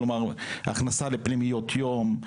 כמו הכנסה לפנימיות יום,